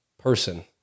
person